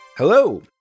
Hello